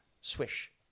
swish